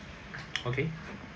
okay